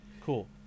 cool